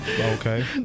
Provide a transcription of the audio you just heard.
Okay